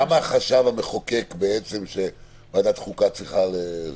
למה חשב המחוקק שוועדת החוקה צריכה לראות?